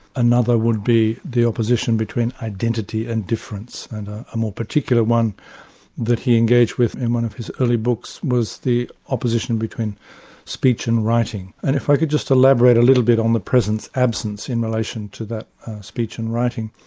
another would be the opposition between identity and difference, and a more particular that that he engaged with in one of his early books was the opposition between speech and writing. and if i could just elaborate a little bit on the presence absence in relation to that speech and writing